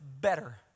better